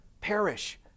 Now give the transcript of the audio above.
perish